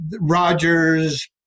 Rogers